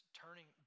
turning